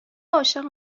عاشق